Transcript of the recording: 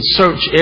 search